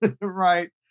Right